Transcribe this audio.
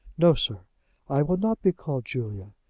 no, sir i will not be called julia.